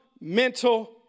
mental